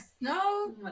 No